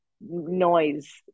noise